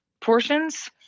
portions